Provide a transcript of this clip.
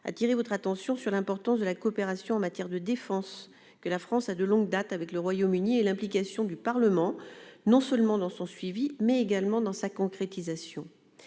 attirer l'attention sur l'importance de la coopération en matière de défense que la France entretient de longue date avec le Royaume-Uni et de l'implication du Parlement, non seulement dans le suivi de cette coopération, mais également dans sa concrétisation.